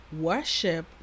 worship